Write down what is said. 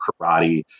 karate